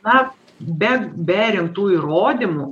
na be be rimtų įrodymų